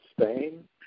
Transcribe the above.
Spain